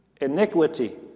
iniquity